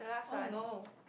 oh no